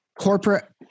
corporate